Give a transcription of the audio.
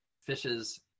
fishes